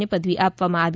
ની પદવી આપવામાં આવી